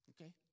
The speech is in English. Okay